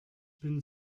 bin